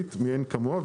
כלכלית חשובה מאין כמוה,